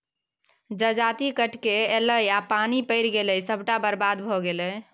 जजाति कटिकए ऐलै आ पानि पड़ि गेलै सभटा बरबाद भए गेलै